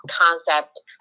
concept